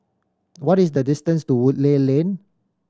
what is the distance to Woodleigh Lane